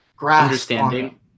Understanding